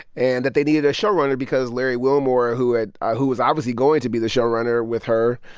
and that they needed a showrunner because larry wilmore, who had ah who was obviously going to be the showrunner with her,